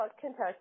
Kentucky